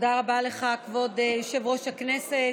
תודה רבה לך, כבוד יושב-ראש הכנסת.